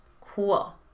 cool